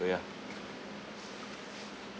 so ya